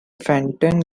fenton